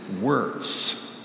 words